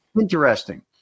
Interesting